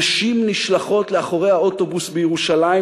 נשים נשלחות לאחורי האוטובוס בירושלים,